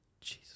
Jesus